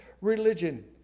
religion